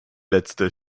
letzte